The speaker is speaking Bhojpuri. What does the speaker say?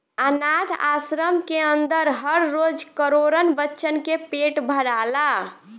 आनाथ आश्रम के अन्दर हर रोज करोड़न बच्चन के पेट भराला